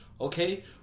Okay